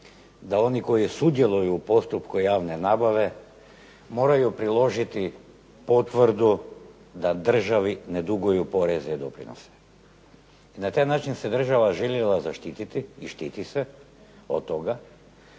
da oni koji sudjeluju u postupku javne nabave moraju priložiti potvrdu da državi ne duguju porezne doprinose. I na taj način se država željela zaštititi i štiti se od toga